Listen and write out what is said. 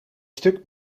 stuk